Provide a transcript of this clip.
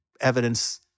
Evidence